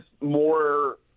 more